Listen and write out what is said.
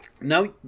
No